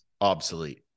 obsolete